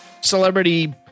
celebrity